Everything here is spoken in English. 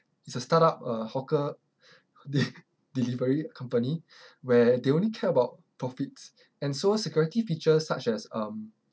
it's a startup uh hawker de~ delivery company where they only care about profits and so security features such as um